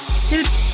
stood